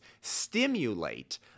stimulate